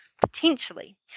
potentially